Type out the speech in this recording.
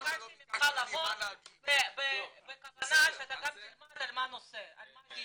ביקשתי ממך לבוא בכוונה שאתה גם תלמד על מה הדיון.